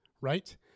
right